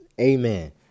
Amen